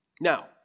Now